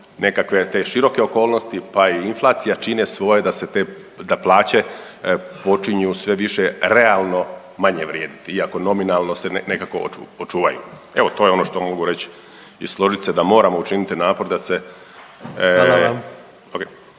nekakve te široke okolnosti, pa i inflacija čine svoje da se te, da plaće počinju sve više realno manje vrijediti iako nominalno se nekako očuvaju. Evo to je ono što mogu reći i složit se da moramo učinit napor da se